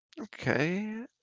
Okay